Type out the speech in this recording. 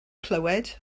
clywed